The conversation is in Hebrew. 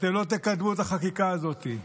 אתם לא תקדמו את החקיקה הזאת.